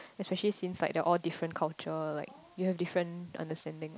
especially since like they're all different culture like you have different understanding